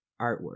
artwork